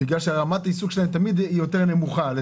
בגלל שרמת העיסוק שלהן בדרך כלל נמוכה יותר,